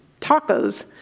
tacos